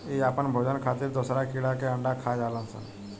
इ आपन भोजन खातिर दोसरा कीड़ा के अंडा खा जालऽ सन